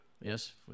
Yes